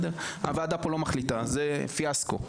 הוועדה פה לא מחליטה, זה פיאסקו.